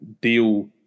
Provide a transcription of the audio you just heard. deal